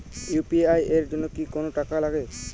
UPI এর জন্য কি কোনো টাকা লাগে?